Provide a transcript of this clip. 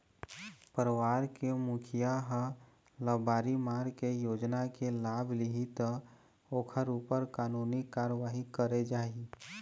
परवार के मुखिया ह लबारी मार के योजना के लाभ लिहि त ओखर ऊपर कानूनी कारवाही करे जाही